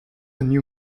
new